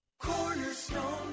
cornerstone